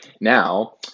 Now